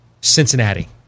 Cincinnati